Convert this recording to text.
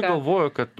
galvoja kad